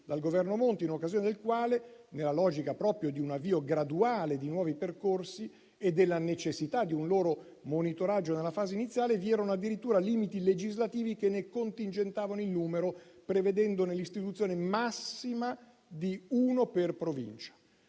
dal Governo Monti, in occasione del quale, nella logica proprio di un avvio graduale di nuovi percorsi e della necessità di un loro monitoraggio nella fase iniziale, vi erano addirittura limiti legislativi che ne contingentavano il numero, prevedendo l'istituzione massima di uno per provincia.